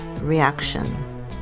reaction